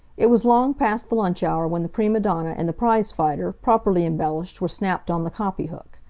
it was long past the lunch hour when the prima donna and the prize-fighter, properly embellished, were snapped on the copy hook.